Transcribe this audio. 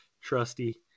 trusty